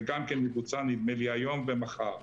זה גם כן מבוצע היום ומחר.